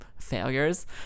failures